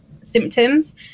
symptoms